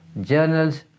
journals